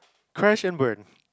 crash and burn